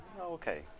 Okay